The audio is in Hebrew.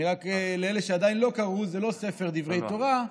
רק לאלה שעדיין לא קראו, זה לא ספר דברי תורה,